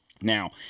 Now